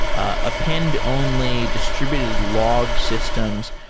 append only, distributed log systems.